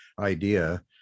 idea